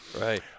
Right